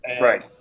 Right